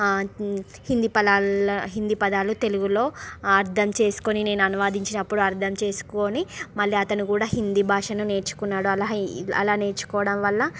హిందీ పదాలు హిందీ పదాలు తెలుగులో అర్ధం చేసుకొని నేను అనువదించినప్పుడు అర్ధం చేసుకొని మళ్ళీ అతను కూడా హిందీ భాషను నేర్చుకున్నాడు అలాగా అలా నేర్చుకోవడం వల్ల